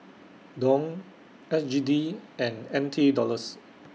Dong S G D and N T Dollars